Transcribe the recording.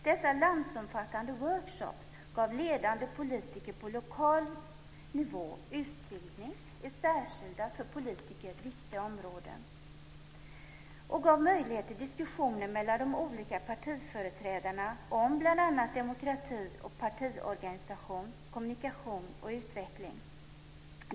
Dessa landsomfattande workshops gav ledande politiker på lokal nivå utbildning i särskilda, för politiker viktiga, områden och gav möjlighet till diskussioner mellan de olika partiföreträdarna om bl.a. demokrati och partiorganisation, kommunikation och utveckling.